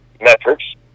metrics